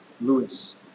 Lewis